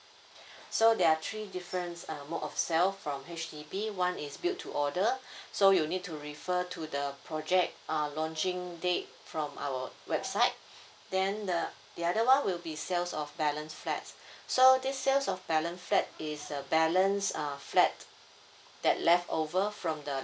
so there are three difference uh mode of sale from H_D_B one is built to order so you need to refer to the project err launching date from our website then the the other one will be sales of balance flats so this sales of balance flat is a balance uh flat that left over from the